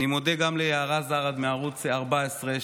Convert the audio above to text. אני מודה גם ליערה זרד מערוץ 14,